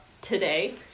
today